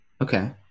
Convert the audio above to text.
Okay